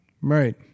Right